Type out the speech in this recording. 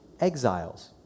exiles